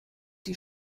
die